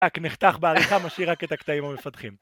רק נחתך בעריכה, משאיר רק את הקטעים המפתחים.